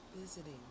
visiting